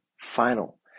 final